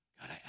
God